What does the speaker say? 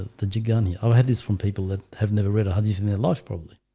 the gianni i had this from people that have never read a honey for me a lot probably